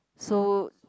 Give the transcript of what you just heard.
so